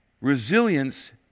Resilience